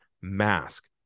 Mask